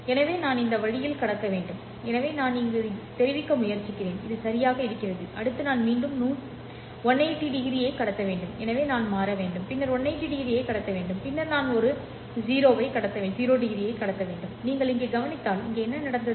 எனவே நான் இந்த வழியில் கடத்த வேண்டும் எனவே நான் இங்கு தெரிவிக்க முயற்சிக்கிறேன் இது சரியாக இருக்கிறது அடுத்து நான் மீண்டும் 180O ஐ கடத்த வேண்டும் எனவே நான் மாற வேண்டும் பின்னர் 180O ஐ கடத்த வேண்டும் பின்னர் நான் ஒரு கடத்த வேண்டும் 0O நீங்கள் இங்கே கவனித்தால் இங்கே என்ன நடந்தது